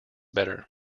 better